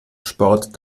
sport